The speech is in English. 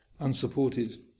unsupportive